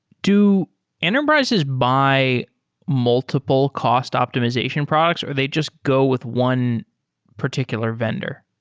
do enterprises buy multiple cost optimization products or they just go with one particular vendor?